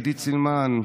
עידית סילמן,